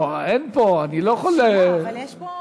לא, שנייה, לא, אין פה, אני לא יכול, אבל יש פה,